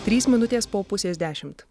trys minutės po pusės dešimt